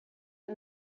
and